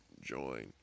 join